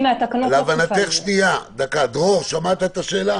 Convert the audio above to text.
להבנתי מהתקנות --- דרור, שמעת את השאלה?